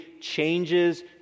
changes